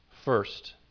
First